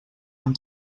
han